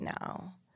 now